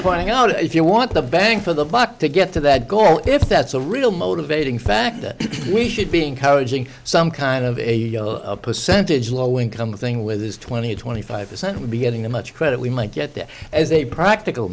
pointing out if you want the bang for the buck to get to that goal if that's a real motivating factor we should be encouraging some kind of a percentage low income thing with this twenty twenty five percent would be getting that much credit we might get there as a practical